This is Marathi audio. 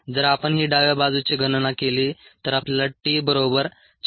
जर आपण ही डाव्या बाजूची गणना केली तर आपल्याला t बरोबर 4